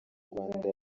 rwanda